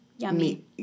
Yummy